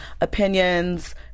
opinions